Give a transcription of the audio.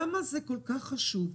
למה זה כל כך חשוב,